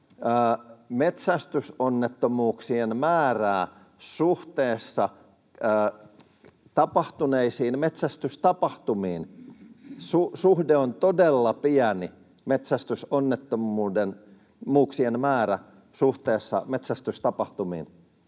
metsästysonnettomuuksien määrää suhteessa tapahtuneisiin metsästystapahtumiin, suhde on todella pieni, metsästysonnettomuuksien määrä suhteessa metsästystapahtumiin.